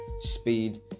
Speed